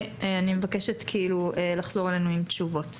אני מבקשת לחזור אלינו עם תשובות.